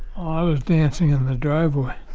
i was dancing in the driveway.